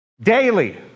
daily